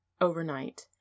overnight